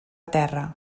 terra